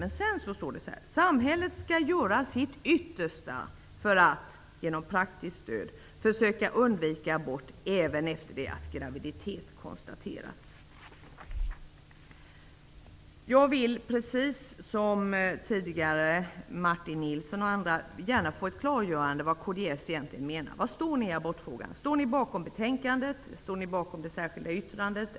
Men sedan står det så här: ''- samhället skall göra sitt yttersta för att genom praktiskt stöd försöka undvika abort. Detta gäller även efter det att graviditet konstaterats.'' Jag vill, precis som tidigare Martin Nilsson och andra, gärna få ett klargörande av vad kds egentligen menar. Var står ni i abortfrågan? Står ni bakom betänkandet? Står ni bakom det särskilda yttrandet?